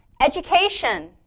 Education